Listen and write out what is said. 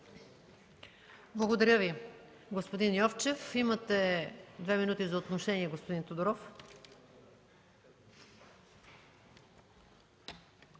Благодаря Ви, господин Йовчев. Имате две минути за отношение, господин Тодоров.